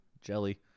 jelly